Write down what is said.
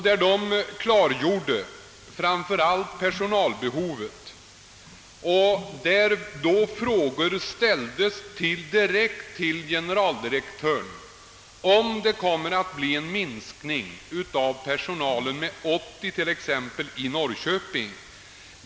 De klargjorde därvid personalsituationen, och vi ställde frågor direkt till generaldirektören huruvida personalen skulle minskas, t.ex. med de 80 anställda som nämnts för Norrköping.